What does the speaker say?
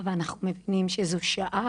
אבל אנחנו מבינים שזו שעה